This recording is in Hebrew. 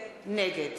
נגד